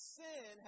sin